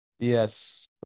Yes